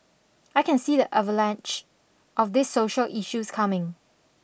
I can see the avalanche of this social issues coming